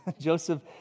Joseph